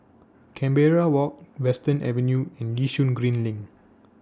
Canberra Walk Western Avenue and Yishun Green LINK